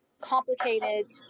complicated